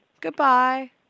Goodbye